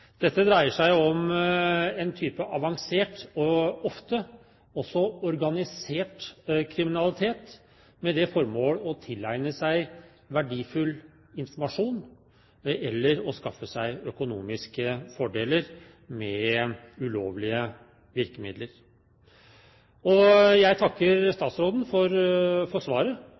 Dette dreier seg om en type avansert og ofte også organisert kriminalitet, med det formål å tilegne seg verdifull informasjon eller å skaffe seg økonomiske fordeler med ulovlige virkemidler. Jeg takker statsråden for svaret.